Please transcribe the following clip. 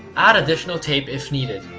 add additional tape if needed.